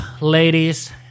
ladies